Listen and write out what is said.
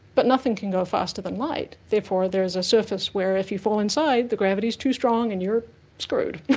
but nothing can go faster than light, therefore there is a surface where if you fall inside, the gravity is too strong and you're screwed.